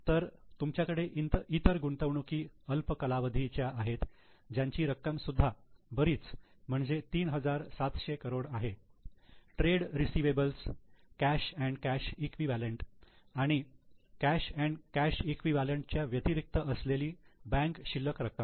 तर तुमच्याकडे इतर गुंतवणुकी अल्प कालावधी च्या आहेत ज्यांची रक्कम सुद्धा बरीच म्हणजे 3700 करोड आहे trade receivables cash and cash equivalent आणि कॅश अँड कॅश इक्विवलेंट च्या व्यतिरिक्त असलेली बँक शिल्लक रक्कम